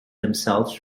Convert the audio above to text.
themselves